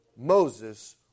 Moses